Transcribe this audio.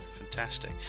Fantastic